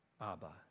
Abba